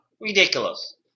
Ridiculous